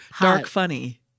dark-funny